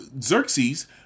Xerxes